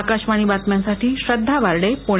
आकाशवाणी बातम्यांसाठी श्रध्दा वार्डे पुणे